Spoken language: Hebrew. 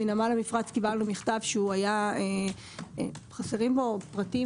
מנמל המפרץ קיבלנו בקשה שחסרים בו פרטים